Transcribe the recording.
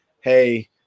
Hey